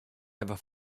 ever